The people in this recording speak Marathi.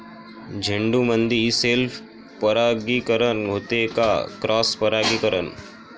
झेंडूमंदी सेल्फ परागीकरन होते का क्रॉस परागीकरन?